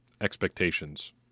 expectations